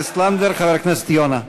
חבר הכנסת יוסי יונה.